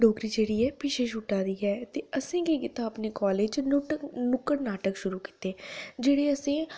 डोगरी जेह्ड़ी ऐ पिच्छें छुड़का दी ऐ असें केह् कित्ता अपने कालेज च नुक्कड़ नाटक शुरू कीते जेह्ड़े असें